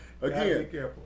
again